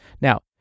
Now